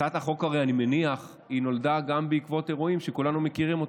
אני מניח שהצעת החוק נולדה גם בעקבות אירועים שכולנו מכירים אותם,